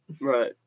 Right